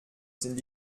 sind